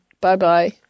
Bye-bye